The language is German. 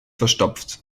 verstopft